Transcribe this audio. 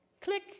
Click